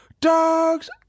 dogs